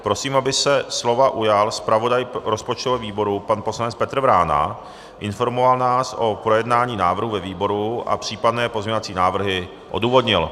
Prosím, aby se slova ujal zpravodaj rozpočtového výboru pan poslanec Petr Vrána, informoval nás o projednání návrhu ve výboru a případné pozměňovací návrhy odůvodnil.